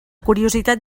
curiositat